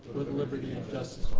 with liberty and justice